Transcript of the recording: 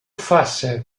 faça